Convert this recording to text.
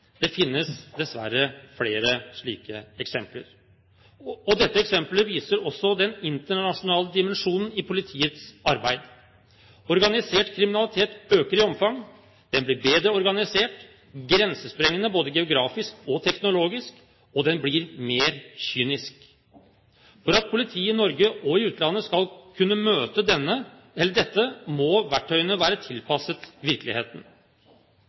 Det finnes dessverre flere slike eksempler. Dette eksempelet viser også den internasjonale dimensjonen i politiets arbeid. Organisert kriminalitet øker i omfang, den blir bedre organisert, grensesprengende, både geografisk og teknologisk, og den blir mer kynisk. For at politiet i Norge og i utlandet skal kunne møte dette, må verktøyene være tilpasset virkeligheten.